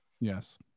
Yes